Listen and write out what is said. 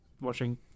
watching